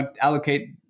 allocate